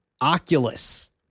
Oculus